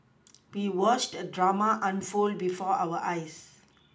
we watched the drama unfold before our eyes